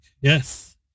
yes